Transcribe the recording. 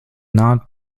not